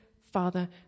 Father